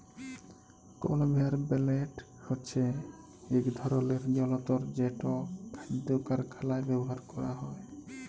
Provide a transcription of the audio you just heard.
conveyor belt হছে ইক ধরলের জলতর যেট খাদ্য কারখালায় ব্যাভার ক্যরা হয়